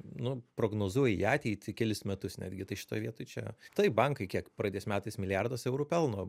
nu prognozuoja į ateitį kelis metus netgi tai šitoj vietoj čia taip bankai kiek praeitais metais milijardas eurų pelno